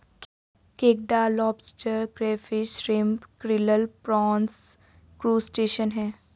केकड़ा lobster crayfish shrimp krill prawns crustacean है